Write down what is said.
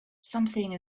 something